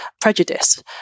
prejudice